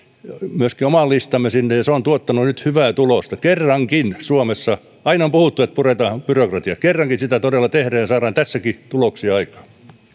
myöskin oman listamme sinne on tuottanut nyt hyvää tulosta kerrankin suomessa aina on puhuttu että puretaan byrokra tiaa kerrankin sitä todella tehdään ja saadaan tässäkin tuloksia aikaan